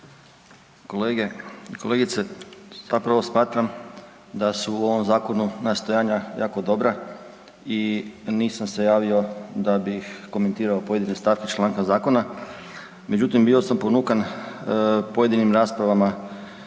kolege i kolegice. Zapravo smatram da su u ovom zakonu nastojanja jako dobra i nisam se javio da bih komentirao pojedine stavke iz članka zakona. Međutim, bio sam ponukan pojedinim raspravama